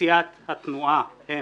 לסיעת התנועה הם